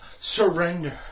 surrender